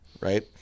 right